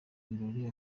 ibirori